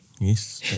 Yes